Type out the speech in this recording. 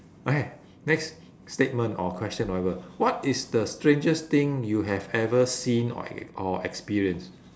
okay next statement or question whatever what is the strangest thing you have ever seen or or experienced